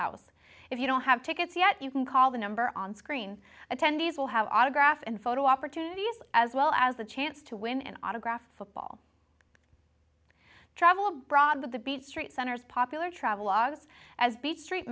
house if you don't have tickets yet you can call the number on screen attendees will have autograph and photo opportunities as well as a chance to win an autographed football travel abroad the beach street center's popular travelogues as beach street